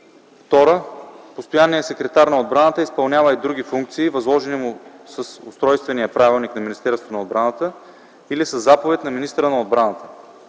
(2) Постоянният секретар на отбраната изпълнява и други функции, възложени му с Устройствения правилник на Министерството на отбраната или със заповед на министъра на отбраната.